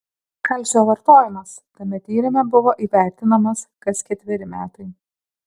kalcio vartojimas tame tyrime buvo įvertinamas kas ketveri metai